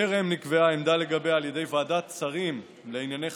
בטרם נקבעה עמדה לגביה בוועדת שרים לענייני חקיקה,